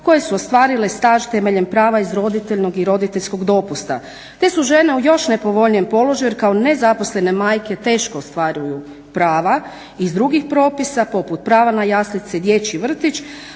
koje su ostvarile staž temeljem prava iz roditeljenog i roditeljskog dopusta. Te su žene u još nepovoljnijem položaju jer kao nezaposlene majke teško ostvaruju prava iz drugih propisa, poput prva na jaslice, dječji vrtić,